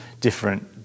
different